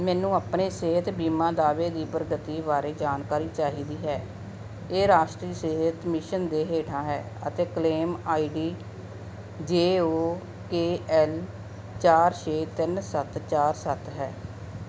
ਮੈਨੂੰ ਆਪਣੇ ਸਿਹਤ ਬੀਮਾ ਦਾਅਵੇ ਦੀ ਪ੍ਰਗਤੀ ਬਾਰੇ ਜਾਣਕਾਰੀ ਚਾਹੀਦੀ ਹੈ ਇਹ ਰਾਸ਼ਟਰੀ ਸਿਹਤ ਮਿਸ਼ਨ ਦੇ ਹੇਠਾਂ ਹੈ ਅਤੇ claim I D J O K L ਚਾਰ ਛੇ ਤਿੰਨ ਸੱਤ ਚਾਰ ਸੱਤ ਹੈ